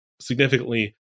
significantly